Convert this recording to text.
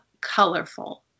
colorful